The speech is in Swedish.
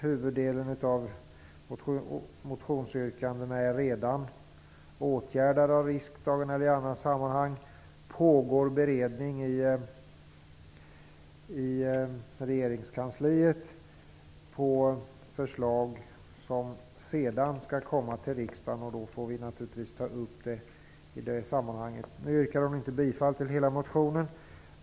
Huvuddelen av motionsyrkandena är redan åtgärdade av riksdagen eller i andra sammanhang, och det pågår beredning i regeringskansliet om förslag som sedan skall komma till riksdagen. Då får vi naturligtvis ta upp det i det sammanhanget. Nu yrkar hon inte bifall till hela motionen.